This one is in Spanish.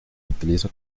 utiliza